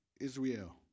Israel